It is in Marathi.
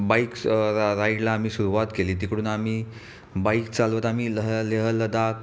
बाइक्स र राइडला आम्ही सुरुवात केली तिकडून आम्ही बाइक चालवत आम्ही लह लेह लडाख